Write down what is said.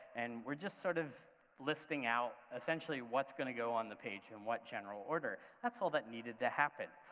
and we're just sort of listing out essentially what's going to go on the page in what general order. that's all that needed to happen,